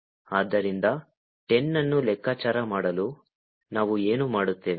ಆದ್ದರಿಂದ 10 ಅನ್ನು ಲೆಕ್ಕಾಚಾರ ಮಾಡಲು ನಾವು ಏನು ಮಾಡುತ್ತೇವೆ